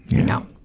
you know,